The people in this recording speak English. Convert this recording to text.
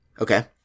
Okay